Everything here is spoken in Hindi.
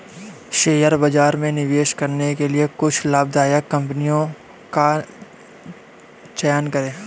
शेयर बाजार में निवेश करने के लिए कुछ लाभदायक कंपनियों का चयन करें